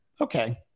okay